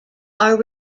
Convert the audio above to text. are